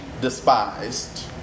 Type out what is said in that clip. despised